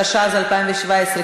התשע"ז 2017,